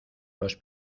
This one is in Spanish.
los